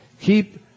Keep